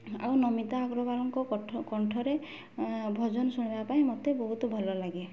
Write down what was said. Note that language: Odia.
ଆଉ ନମିତା ଅଗ୍ରବାଲଙ୍କ କଣ୍ଠରେ ଭଜନ ଶୁଣିବା ପାଇଁ ମୋତେ ବହୁତ ଭଲ ଲାଗେ